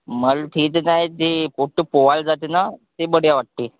मल ते तर काय ते पोट्टं पोहायला जातेत न ते बढीया वाटते